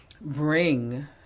bring